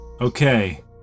Okay